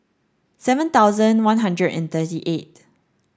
seven thousand one hundred and thirty eight